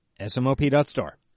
smop.store